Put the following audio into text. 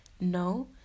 no